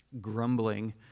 Grumbling